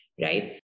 right